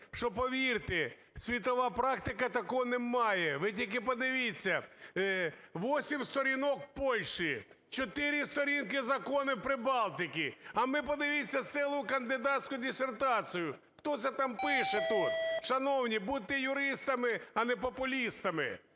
що, повірте, світова практика такого не має. Ви тільки подивіться, 8 сторінок – в Польщі, 4 сторінки закону - в Прибалтиці, а ми, подивіться, цілу кандидатську дисертацію. Хто це там пише тут? Шановні, будьте юристами, а не популістами.